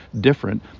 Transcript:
different